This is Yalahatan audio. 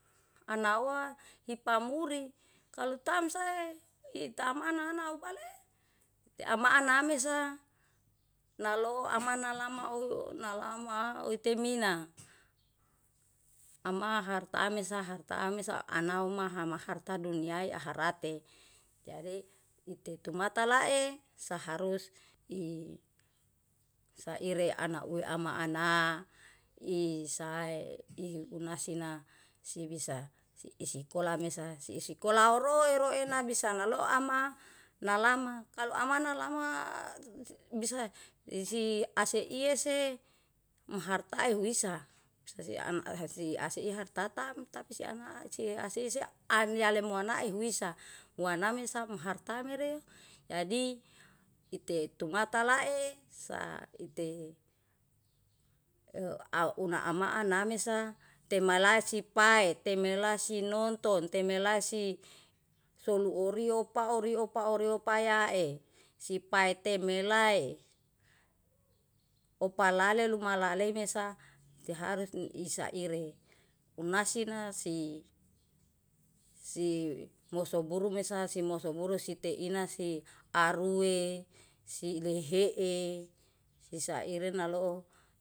Anawa hipamuri, kalu taem sae itamana ana wale ite ama ana mesa naloa ama nalama ou nalama oitimina. Ama harta mesaha harta mesaha anau maha- maha harta duniai harta aharate. Jadi ititumata lae saharus i saire anui ama ana i sae, i unah sina sibisa siisikola mesa seisikola roe-roe anbisa naloa ama nalama. Kalu amana lama bisa isi aseiese muharta uhiisa jadi an ahasi asihia tatam tapi siana acie asise anyale monae huisa. Waname sam hatamere, jadi itetumata lae sa ite au una ama anamesa temala sipae, timela sinonton, timela si soluorio paorio-paorio payae, sipae teme lae opalale luma lale mehsa teharus isaire. Unahsina si moso buru mesa, si moso buru si teina si arue, si lehee, si saire naloo.